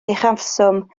uchafswm